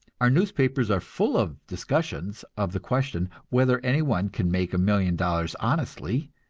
our newspapers are full of discussions of the question whether anyone can make a million dollars honestly,